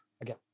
Again